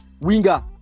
Winger